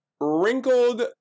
wrinkled